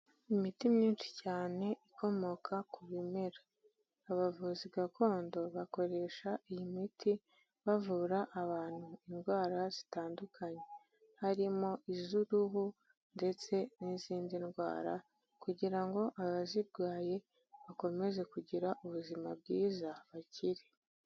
Imiti myinshi cyane ikomoka ku bimera abavuzi gakondo bakoresha iyi miti bavura abantu indwara zitandukanye, harimo iz'uruhu ndetse n'izindi ndwara kugira ngo abazirwaye bakomeze kugira ubuzima bwiza bakire.